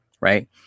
Right